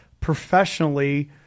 professionally